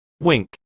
Wink